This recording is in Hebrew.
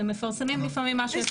הם מפרסמים לפעמים משהו --- אסתי,